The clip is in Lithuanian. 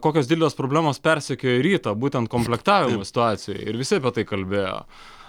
kokios didelės problemos persekioja rytą būtent komplektavimo situacijoj ir visi apie tai kalbėjo